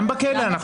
גם בכלא.